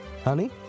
Honey